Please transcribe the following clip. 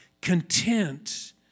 content